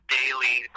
daily